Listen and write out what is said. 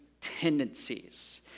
tendencies